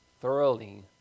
thoroughly